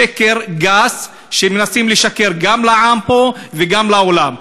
שקר גס שמנסים לשקר גם לעם פה וגם לעולם.